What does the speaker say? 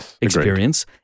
experience